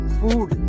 food